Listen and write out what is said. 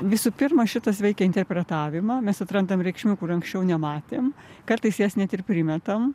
visų pirma šitas veikia interpretavimą mes atrandam reikšmių kur anksčiau nematėm kartais jas net ir primetam